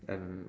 and